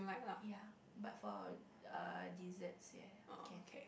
ya but for err dessert ya ya can